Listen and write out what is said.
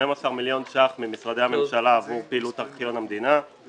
מיליון שקלים חדשים ממשרדי הממשלה עבור פעילות ארכיון המדינה,